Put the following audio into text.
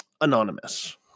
anonymous